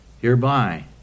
hereby